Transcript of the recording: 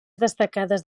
destacades